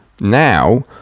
now